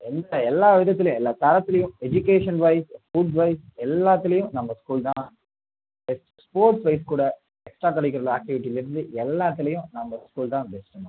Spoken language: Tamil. எந்த எல்லா விதத்துலையும் எல்லா தரத்திலையும் எஜுகேஷன்வைஸ் ஃபுட்வைஸ் எல்லாத்திலையும் நம்ப ஸ்கூல் தான் பெஸ்ட் ஸ்போர்ட்வைஸ் கூட எக்ஸ்டாகரிக்குலர் ஆக்டிவிட்டிலேருந்து எல்லாத்துலையும் நம்ப ஸ்கூல் தான் பெஸ்ட்டும்மா